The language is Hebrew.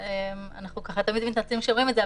אנחנו תמיד נלחצים כשאומרים את זה,